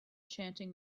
chanting